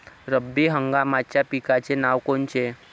रब्बी हंगामाच्या पिकाचे नावं कोनचे?